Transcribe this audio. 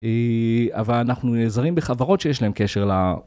אבל אנחנו נעזרים בחברות שיש להן קשר ל...